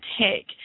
take